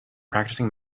practicing